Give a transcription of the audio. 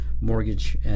mortgage